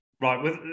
Right